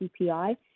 CPI